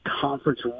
conference